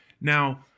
Now